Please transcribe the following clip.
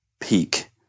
peak